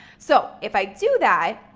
so if i do that,